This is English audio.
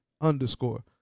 underscore